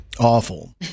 Awful